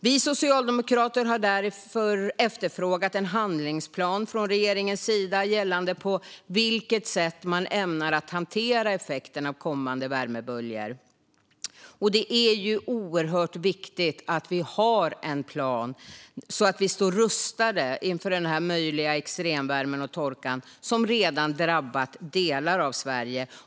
Vi socialdemokrater har efterfrågat en handlingsplan från regeringens sida gällande på vilket sätt man ämnar hantera effekten av kommande värmeböljor. Det är oerhört viktigt att ha en plan, så att man står rustad inför den möjliga extremvärme och torka som redan drabbat delar av Sverige.